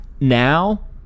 Now